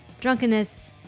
drunkenness